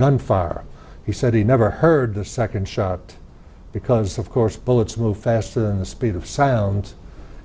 gunfire he said he never heard the second shot because of course bullets move faster than the speed of sound